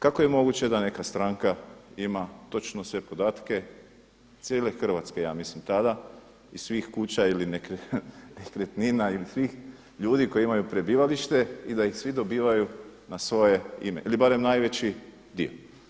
Kako je moguće da neka stranka ima točno sve podatke cijele Hrvatske ja mislim tada i svih kuća ili nekretnina ili svih ljudi koji imaju prebivalište i da ih svi dobivaju na svoje ime ili barem najveći dio.